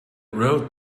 wrote